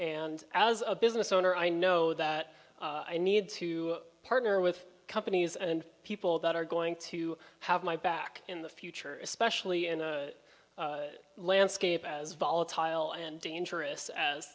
and as a business owner i know that i need to partner with companies and people that are going to have my back in the future especially in a landscape as volatile and dangerous as